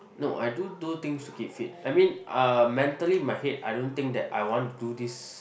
no I do do things to keep fit I mean uh mentally in my head I don't think that I want to do this